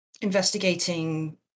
investigating